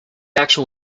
actual